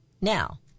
Now